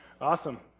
awesome